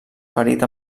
ferit